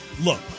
Look